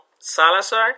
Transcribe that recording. Salazar